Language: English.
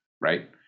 right